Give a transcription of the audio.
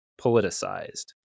politicized